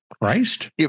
Christ